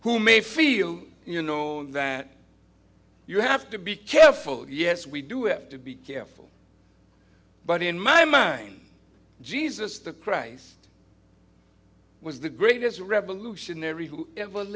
who may feel you know that you have to be careful yes we do have to be careful but in my mind jesus the christ was the greatest revolutionary